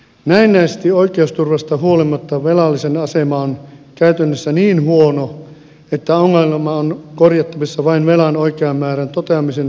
näennäisestä oikeusturvasta huolimatta velallisen asema on käytännössä niin huono että ongelma on korjattavissa vain velan oikean määrän toteamisen varmistavalla säädöksellä